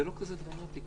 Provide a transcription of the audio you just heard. וזה לא כזה דרמטי.